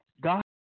God